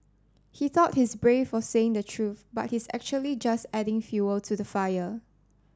he thought he's brave for saying the truth but he's actually just adding fuel to the fire